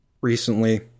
recently